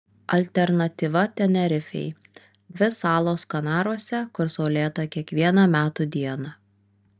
alternatyva tenerifei dvi salos kanaruose kur saulėta kiekviena metų diena